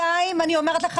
אני אומרת לך.